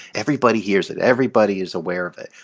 everybody hears it, everybody is aware of it.